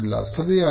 ಸರಿಯಾಗಿದೆ